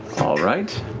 all right,